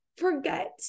forget